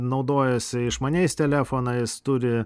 naudojasi išmaniais telefonais turi